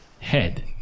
head